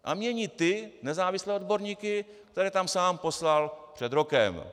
A mění ty nezávislé odborníky, které tam sám poslal před rokem.